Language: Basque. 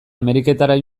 ameriketara